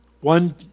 One